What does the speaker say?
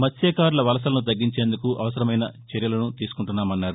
మత్స్టకారుల వలసలను తగ్గించేందుకు అవసరమైన చర్యలను తీసుకుంటామన్నారు